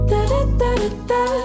Da-da-da-da-da